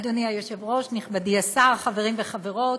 השר, חברים וחברות,